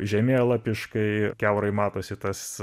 žemėlapiškai kiaurai matosi tas